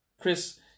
Chris